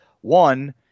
one